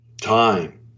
time